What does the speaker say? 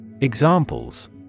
Examples